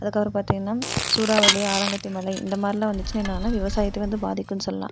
அதுக்கப்புறம் பார்த்தீங்கன்னா சூறாவளி ஆலங்கட்டி மழை இந்தமாதிரிலாம் வந்துச்சின்னால் என்னான்னா விவசாயத்தை வந்து பாதிக்கும்னு சொல்லாம்